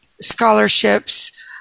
scholarships